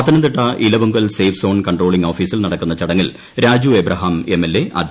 Pathanamthitta Elavunkal safe zone controlling ഓഫീസിൽ നടക്കുന്ന ചടങ്ങിൽ രാജുഎബ്രഹാം എംഎൽഎ അധ്യക്ഷത വഹിക്കും